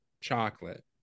chocolate